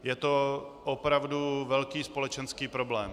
Je to opravdu velký společenský problém.